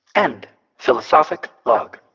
end philosophic log